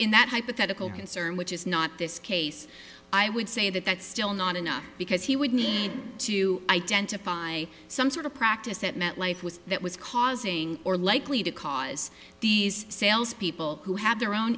in that hypothetical concern which is not this case i would say that that's still not enough because he would need to identify some sort of practice at metlife was that was causing or likely to cause these sales people who have their own